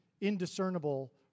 indiscernible